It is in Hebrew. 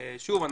שוב,